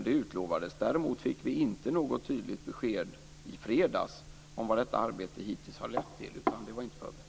Det utlovades. Däremot fick vi inte något tydligt besked i fredags om vad detta arbete hittills har lett till. Det var inte förberett.